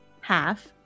half